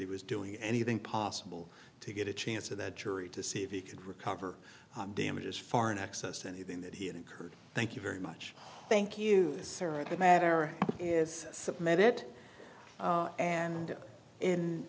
he was doing anything possible to get a chance to that jury to see if he could recover damages far in excess of anything that he had incurred thank you very much thank you sara the matter is submit it and